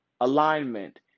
alignment